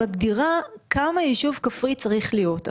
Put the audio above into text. שמגדירה כמה ישוב כפרי צריך להיות.